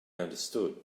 understood